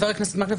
חבר הכנסת מקלב,